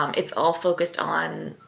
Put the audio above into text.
um it's all focused on